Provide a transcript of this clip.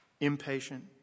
impatient